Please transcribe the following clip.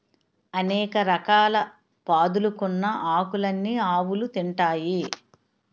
అనేక రకాల పాదులుకున్న ఆకులన్నీ ఆవులు తింటాయి